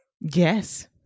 Yes